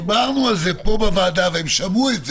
דיברנו על זה פה בוועדה והם שמעו את זה,